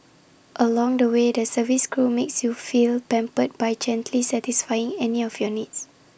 along the way the service crew makes you feel pampered by gently satisfying any of your needs